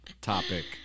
topic